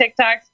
TikToks